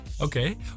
Okay